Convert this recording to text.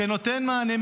שנותן מענה,